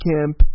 Camp*